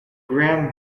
graham